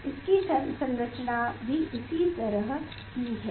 इसकी संरचना भी इसी तरह का है